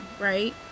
right